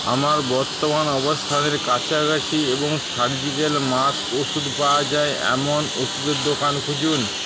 আমার বর্তমান অবস্থানের কাছাকাছি এবং সার্জিকাল মাস্ক ওষুধ পাওয়া যায় এমন ওষুধের দোকান খুঁজুন